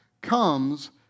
comes